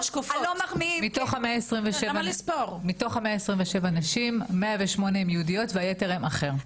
היה --- מתוך ה-127 נשים 108 הן יהודיות והיתר הן אחר.